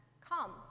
come